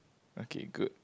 okay good